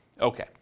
Okay